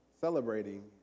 celebrating